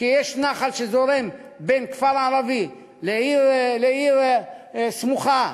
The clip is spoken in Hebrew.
כשנחל שזורם בין כפר ערבי לעיר סמוכה